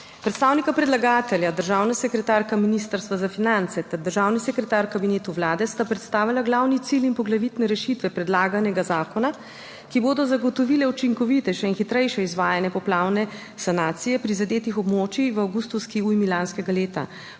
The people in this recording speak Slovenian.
predstavnika predlagatelja, državna sekretarka Ministrstva za finance ter državni sekretar v kabinetu vlade sta predstavila glavni cilj in poglavitne rešitve predlaganega zakona, ki bodo zagotovile učinkovitejše in hitrejše izvajanje poplavne sanacije prizadetih območij v avgustovski ujmi lanskega leta.